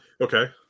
okay